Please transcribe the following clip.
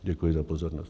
Děkuji za pozornost.